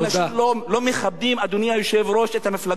האנשים לא מכבדים, אדוני היושב-ראש, את המפלגות.